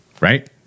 Right